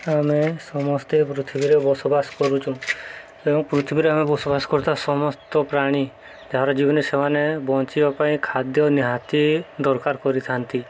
ଆମେ ସମସ୍ତେ ପୃଥିବୀରେ ବସବାସ କରୁଛୁ ଏବଂ ପୃଥିବୀରେ ଆମେ ବସବାସ କରୁଥିବା ସମସ୍ତ ପ୍ରାଣୀ ଯାହାର ଜୀବନ ସେମାନେ ବଞ୍ଚିବା ପାଇଁ ଖାଦ୍ୟ ନିହାତି ଦରକାର କରିଥାନ୍ତି